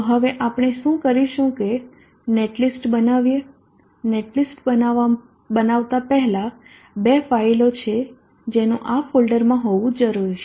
તો હવે આપણે શુ કરીશું કે નેટલિસ્ટ બનાવીએ નેટલિસ્ટ બનાવતા પહેલા બે ફાઇલો છે જેનું આ ફોલ્ડરમાં હોવું જરૂરી છે